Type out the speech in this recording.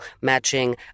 matching